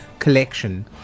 collection